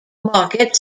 market